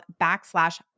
backslash